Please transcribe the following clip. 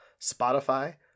Spotify